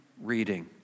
reading